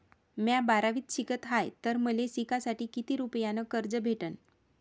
म्या बारावीत शिकत हाय तर मले शिकासाठी किती रुपयान कर्ज भेटन?